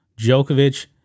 Djokovic